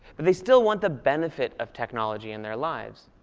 they still want the benefit of technology in their lives.